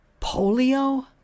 Polio